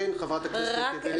חברת הכנסת ינקלביץ'.